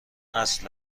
اصل